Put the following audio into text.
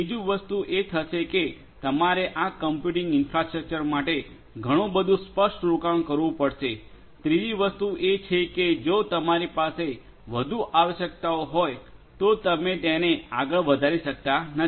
બીજી વસ્તુ એ થશે કે તમારે આ કમ્પ્યુટિંગ ઇન્ફ્રાસ્ટ્રક્ચર માટે ઘણુ બધૂ સ્પષ્ટ રોકાણ કરવું પડશે ત્રીજી વસ્તુ એ છે કે જો તમારી પાસે વધુ આવશ્યકતાઓ હોય તો તમે તેને આગળ વધારી શકતા નથી